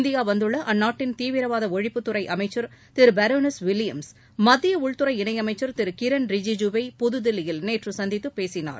India வந்துள்ள அந்நாட்டின் தீவிரவாத ஒழிப்புத்துறை அமைச்சர் திருபரோனஸ் வில்லியம்ஸ் மத்திய உள்துறை இணையமைச்சர் திரு கிரண் ரிஜிஜுவை புதுதில்லியில் நேற்று சந்தித்துப் பேசினார்